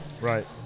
Right